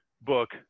book